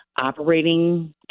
operating